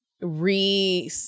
Re